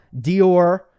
Dior